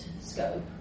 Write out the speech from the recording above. scope